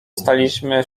staliśmy